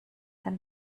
dann